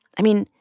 i mean,